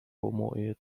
homoehe